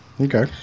Okay